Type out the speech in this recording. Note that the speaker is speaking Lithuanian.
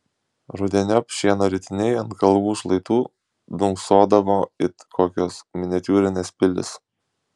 rudeniop šieno ritiniai ant kalvų šlaitų dunksodavo it kokios miniatiūrinės pilys